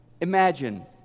Imagine